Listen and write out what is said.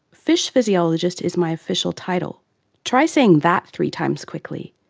fish physiologist is my official title try saying that three times quickly!